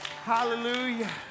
Hallelujah